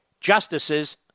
justices